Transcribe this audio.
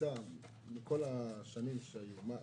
הקפיצה מכל השנים שהיו.